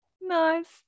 Nice